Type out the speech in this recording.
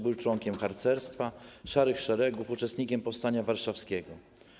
Był członkiem harcerstwa, Szarych Szeregów, uczestnikiem powstania warszawskiego.